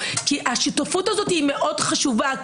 כי השותפות הזאת היא מאוד חשובה.